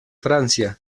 francia